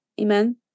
Amen